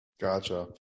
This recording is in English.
Gotcha